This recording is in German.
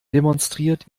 demonstriert